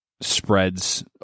spreads